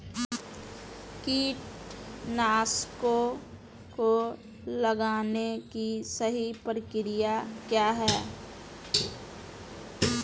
कीटनाशकों को लगाने की सही प्रक्रिया क्या है?